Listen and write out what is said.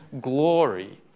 glory